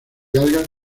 algas